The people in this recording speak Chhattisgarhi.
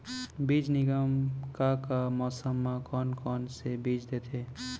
बीज निगम का का मौसम मा, कौन कौन से बीज देथे?